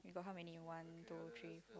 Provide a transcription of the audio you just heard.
you got how many one two three four